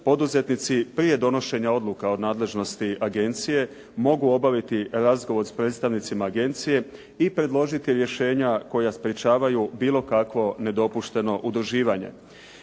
poduzetnici prije donošenja odluka o nadležnosti agencije mogu obaviti razgovor s predstavnicima agencije i predložiti rješenja koja sprječavaju bilo kakvo nedopušteno udruživanje.